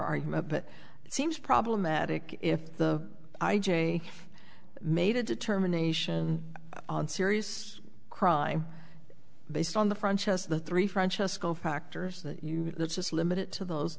argument but it seems problematic if the i j a made a determination on serious crime based on the french as the three francesco factors that you just limit it to those